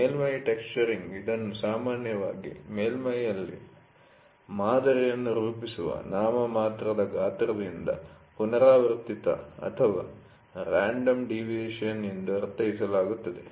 ಮೇಲ್ಮೈ ಟೆಕ್ಸ್ಚರಿಂಗ್ ಇದನ್ನು ಸಾಮಾನ್ಯವಾಗಿ ಮೇಲ್ಮೈ'ನಲ್ಲಿ ಮಾದರಿಯನ್ನು ರೂಪಿಸುವ ನಾಮಮಾತ್ರದ ಗಾತ್ರದಿಂದ ಪುನರಾವರ್ತಿತ ಅಥವಾ ರಾಂಡಮ್ ಡಿವಿಯೇಷನ್ ಎಂದು ಅರ್ಥೈಸಲಾಗುತ್ತದೆ